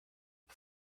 por